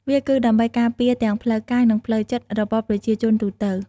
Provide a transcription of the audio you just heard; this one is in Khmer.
វាគឺដើម្បីការពារទាំងផ្លូវកាយនិងផ្លូវចិត្តរបស់ប្រជាជនទូទៅ។